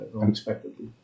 unexpectedly